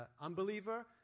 unbeliever